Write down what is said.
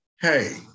hey